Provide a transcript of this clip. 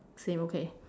same okay